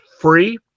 free